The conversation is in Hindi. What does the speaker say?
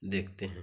देखते हैं